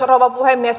rouva puhemies